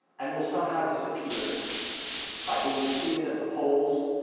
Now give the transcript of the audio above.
and will somehow disappear by being defeated at the polls,